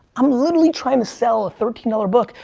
i'm literally trying to sell a thirteen dollars book,